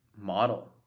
model